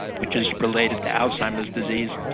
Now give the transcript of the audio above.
which is related to alzheimer's disease,